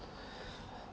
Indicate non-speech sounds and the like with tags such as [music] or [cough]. [breath]